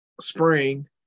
spring